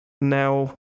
now